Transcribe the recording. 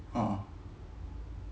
a'ah